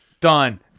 Done